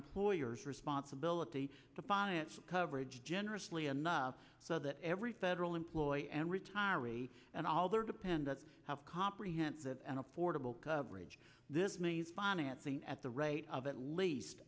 to financial coverage generously enough so that every federal employee and retiree and all their dependents have comprehensive and affordable coverage this means financing at the rate of at least